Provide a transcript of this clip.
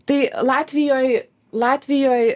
tai latvijoj latvijoj